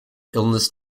illness